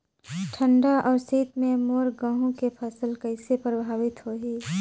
ठंडा अउ शीत मे मोर गहूं के फसल कइसे प्रभावित होही?